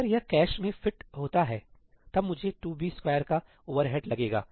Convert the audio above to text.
अगर यह कैश में फिट होता हैतब मुझे 2b2 का ओवरहेड लगेगा